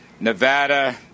Nevada